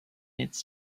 its